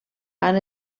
han